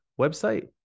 website